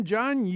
John